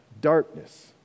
darkness